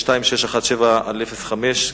2617/05,